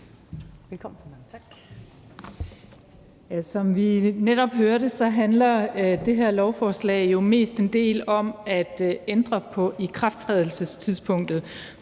Som vi netop hørte, handler det her lovforslag jo mestendels om at ændre på ikrafttrædelsestidspunktet.